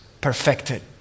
perfected